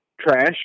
trash